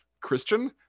christian